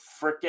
freaking